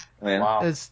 Wow